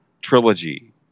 trilogy